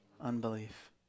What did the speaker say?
unbelief